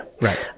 Right